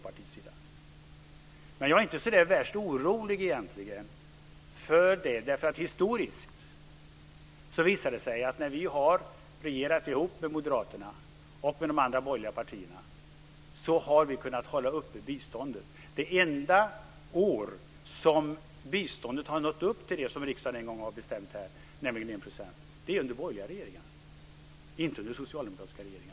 Jag är egentligen inte så värst orolig för det, eftersom det historiskt har visat sig att när vi har regerat ihop med Moderaterna och de andra borgerliga partierna har vi kunnat hålla uppe biståndet. Det enda år som biståndet har nått upp till den nivå som riksdagen har bestämt, nämligen 1 %, var under en borgerlig regering, inte under socialdemokratiska regeringar.